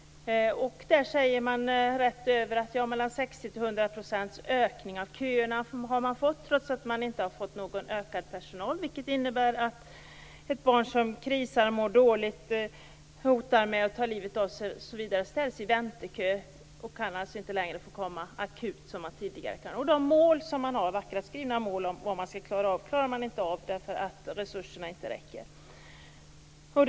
Där har man fått 60-100 % ökning av köerna, men man har inte fått mer personal. Det innebär att ett barn som är i kris, mår dåligt, hotar att ta livet av sig, osv. ställs i väntekö och kan inte längre få komma akut som tidigare. De vackra mål som man har klarar man inte av eftersom resurserna inte räcker till.